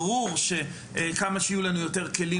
ברור שככל שיהיו לנו יותר כלים,